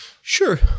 Sure